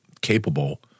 capable